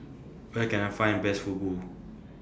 Where Can I Find The Best Fugu